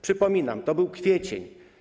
Przypominam: to był kwiecień.